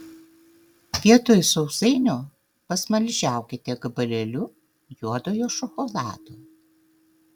vietoj sausainio pasmaližiaukite gabalėliu juodojo šokolado